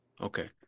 Okay